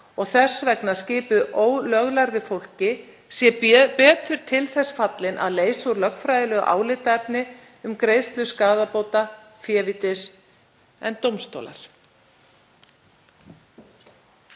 og þess vegna skipuð ólöglærðu fólki, sé betur til þess fallin að leysa úr lögfræðilegu álitaefni um greiðslu skaðabóta févítis en dómstólar.